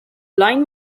line